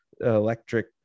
electric